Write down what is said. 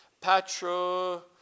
Patro